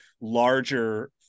larger